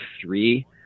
three